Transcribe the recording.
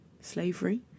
slavery